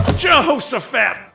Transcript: Jehoshaphat